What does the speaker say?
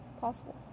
Possible